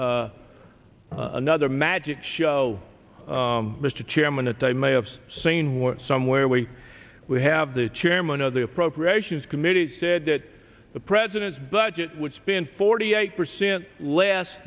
mirrors another magic show mr chairman that i may have seen what some where we we have the chairman of the appropriations committee said that the president's budget would spend forty eight percent less